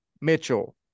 Mitchell